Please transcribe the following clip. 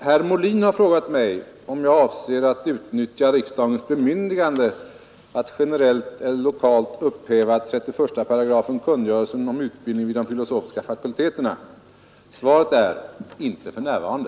Herr talman! Herr Molin har frågat mig om jag avser att utnyttja riksdagens bemyndigande att generellt eller lokalt upphäva 31 § kungörelsen om utbildning vid de filosofiska fakulteterna. Svaret är: Inte för närvarande.